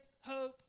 hope